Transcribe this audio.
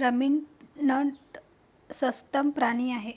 ruminant सस्तन प्राणी आहे